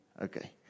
Okay